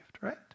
right